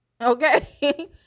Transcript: okay